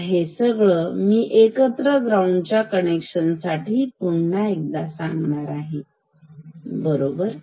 आता हे सगळं मी एकत्र ग्राऊंडच्या कनेक्शन साठी पुन्हा एकदा सांगणार आहे बरोबर